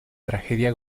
tragedia